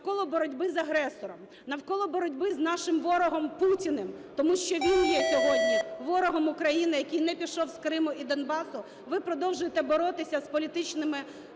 навколо боротьби з агресором, навколо боротьби з нашим ворогом Путіним, тому що він є сьогодні ворогом України, який не пішов з Криму і Донбасу, ви продовжуєте боротися з політичними